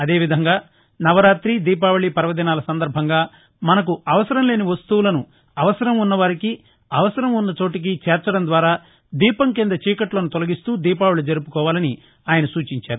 అదే విధంగా నవరాతి దీపావళి పర్వదినాల సందర్బంగా మనకు అవసరం లేని వస్తువులను అవసరం ఉన్న వారికి ఉన్న చోటికి చేర్చడం ద్వారా దీపం క్రింద చీకట్లను తొలగిస్తూ దీపావళి జరుపుకోవాలని ఆయన సూచించారు